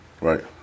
Right